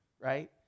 right